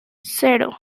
cero